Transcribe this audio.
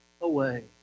away